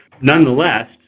nonetheless